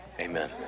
Amen